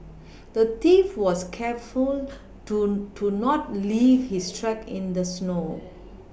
the thief was careful to to not leave his tracks in the snow